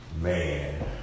man